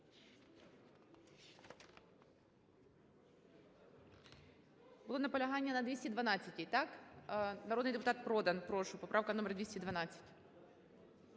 Були наполягання на 212-й, так? Народний депутат Продан, прошу, поправка номер 212.